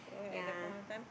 so at that point of time